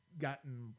gotten